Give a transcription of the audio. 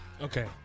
Okay